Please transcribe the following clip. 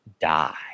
die